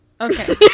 Okay